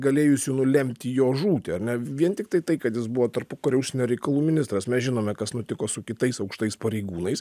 galėjusių nulemti jo žūtį ar ne vien tiktai tai kad jis buvo tarpukario užsienio reikalų ministras mes žinome kas nutiko su kitais aukštais pareigūnais